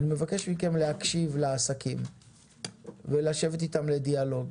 אני מבקש מכם להקשיב לעסקים ולשבת איתם לדיאלוג,